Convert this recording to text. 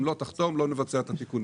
אם לא תחתום לא נבצע את התיקונים.